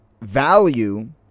value